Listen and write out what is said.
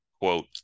Quote